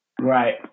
Right